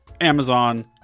Amazon